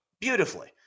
beautifully